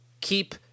Keep